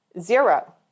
zero